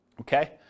Okay